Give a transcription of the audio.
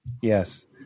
Yes